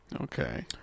Okay